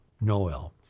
Noel